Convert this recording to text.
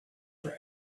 for